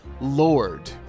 lord